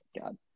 God